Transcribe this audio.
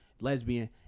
lesbian